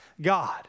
God